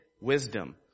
wisdom